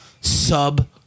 sub